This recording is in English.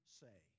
say